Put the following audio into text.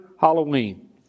Halloween